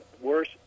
worse